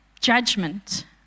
judgment